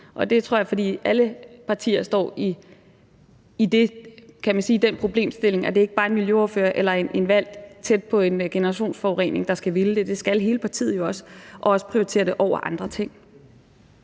og jeg tror, det er, fordi alle partier står med den problemstilling, at det ikke bare er en miljøordfører eller en, der er valgt tæt på en generationsforurening, der skal ville det. Det skal hele partiet, og det skal også prioritere det over andre ting.